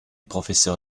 professeur